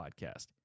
podcast